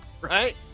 Right